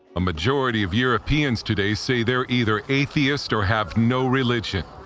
a majority of europeans today say they are either atheist, or have no religion.